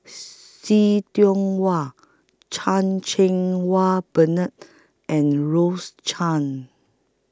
See Tiong Wah Chan Cheng Wah Bernard and Rose Chan